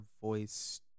voice